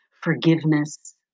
forgiveness